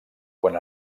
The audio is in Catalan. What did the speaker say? quan